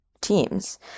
teams